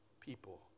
people